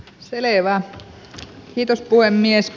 selevä kiitos puhemies